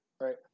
Right